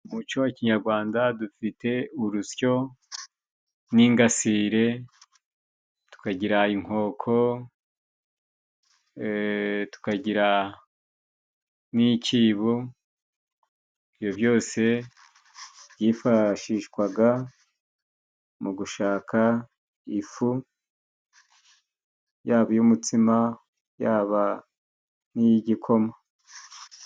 Mu muco wa kinyarwanda dufite urusyo n'ingasire, tukagira inkoko, tukagira n'ikibo. Ibyo byose byifashishwa mu gushaka ifu yaba iy'umutsima, yaba n'iy'igikoma.